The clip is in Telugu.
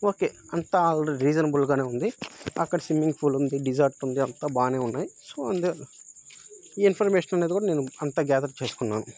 ఓకే అంతా ఆల్రెడీ రీజనబుల్గానే ఉంది అక్కడ స్విమ్మింగ్ ఫూల్ ఉంది డిజర్ట్ ఉంది అంతా బానే ఉన్నాయి సో అందు ఈ ఇన్ఫర్మేషన్ అనేది కూడా నేను అంతా గ్యాదర్ చేసుకున్నాను